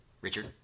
Richard